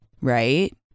right